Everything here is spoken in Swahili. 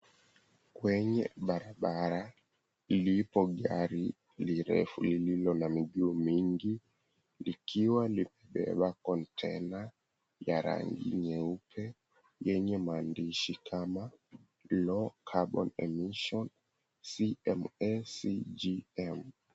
Kwenye barabara, lipo gari lirefu lililo na miguu mingi. Likiwa limebeba kontena ya rangi nyeupe, yenye maandishi kama; Low-carbon emission CMACGM.